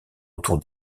autour